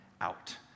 out